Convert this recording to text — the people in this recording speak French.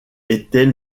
était